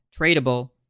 tradable